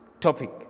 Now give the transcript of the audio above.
topic